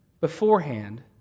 beforehand